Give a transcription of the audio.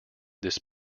this